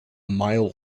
mile